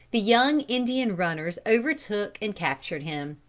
the young indian runners overtook and captured him.